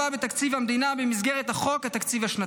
בתקציב המדינה במסגרת חוק התקציב השנתי.